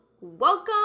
welcome